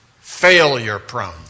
failure-prone